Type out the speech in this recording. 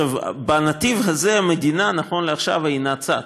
בנתיב הזה המדינה, נכון לעכשיו, אינה צד.